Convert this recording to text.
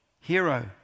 hero